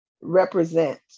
represent